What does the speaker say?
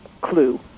clue